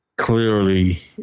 Clearly